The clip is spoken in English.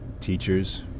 teachers